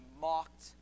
mocked